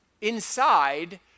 inside